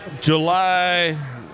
July